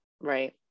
Right